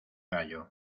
gallo